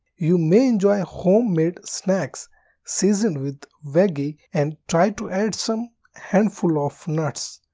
you may enjoy homemade snacks seasoned with veggie and try to add some handful of nuts.